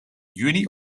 juni